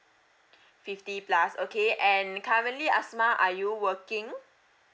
fifty plus okay and currently asmah are you working